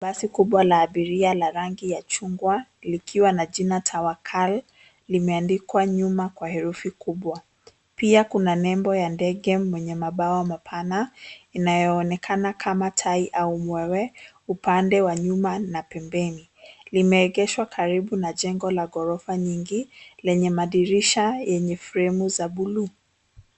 Basi kubwa la abiria la rangi ya chungwa likiwa na jina tawakal limeandikwa nyuma kwa herufi kubwa pia kuna nembo ya ndege mwenye mabawa mapana inayo onekana kama tai au mwewe. Upande wa nyuma na pembeni lime egeshwa karibu na jengo la gorofa nyingi lenye madirisha yenye fremu za bluu.